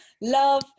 love